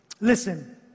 Listen